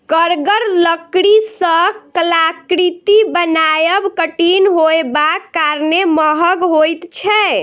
कड़गर लकड़ी सॅ कलाकृति बनायब कठिन होयबाक कारणेँ महग होइत छै